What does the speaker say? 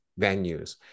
venues